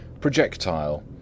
Projectile